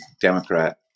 Democrat